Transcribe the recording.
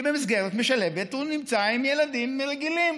כי במסגרת משלבת הוא נמצא עם ילדים רגילים,